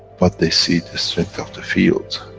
but they see the strength of the fields,